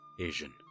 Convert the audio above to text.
Asian